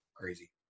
Crazy